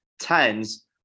tens